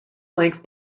length